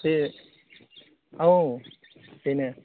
बे औ बेनो